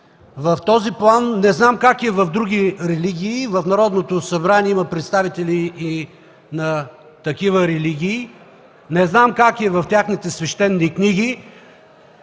В този план не знам как е в други религии, в Народното събрание има представители и на такива религии. Не знам как е в техните свещени книги,